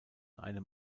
einem